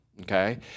okay